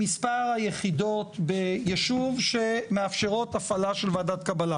מספר היחידות בישוב שמאפשרות הפעלה של ועדת קבלה.